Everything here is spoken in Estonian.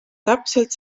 täpselt